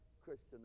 Christian